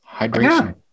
hydration